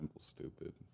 stupid